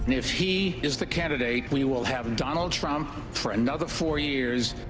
if he is the candidate, we will have donald trump for another four years.